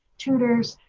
tutors,